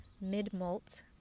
mid-molt